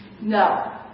No